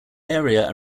area